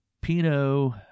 Pino